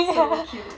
so cute